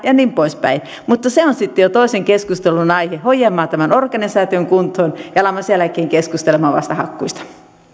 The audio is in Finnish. ja niin pois päin mutta se on sitten jo toisen keskustelun aihe hoidamme tämän organisaation kuntoon ja alamme sen jälkeen vasta keskustelemaan hakkuista